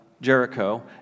Jericho